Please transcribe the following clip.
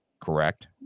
correct